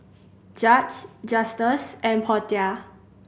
Judge Justus and Portia